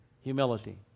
humility